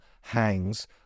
hangs